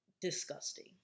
disgusting